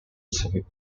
civic